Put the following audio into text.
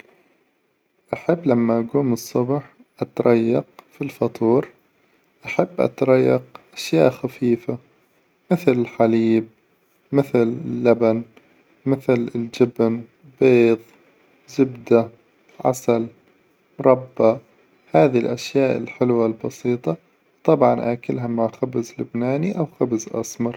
أحب لما أقوم الصبح أتريق في الفطور، أحب أتريق أشياء خفيفة مثل الحليب، مثل اللبن، مثل الجبن، بيظ ، زبدة، عسل، مربى هذي الأشياء الحلوة البسيطة، وطبعا أكلها مع خبز لبناني أو خبز أسمر.